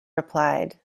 replied